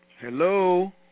Hello